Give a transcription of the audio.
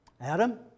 Adam